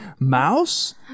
mouse